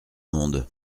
monde